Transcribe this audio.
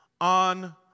on